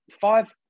five